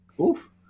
Oof